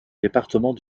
département